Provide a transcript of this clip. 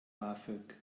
bafög